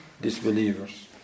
disbelievers